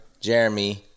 Jeremy